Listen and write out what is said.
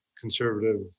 conservative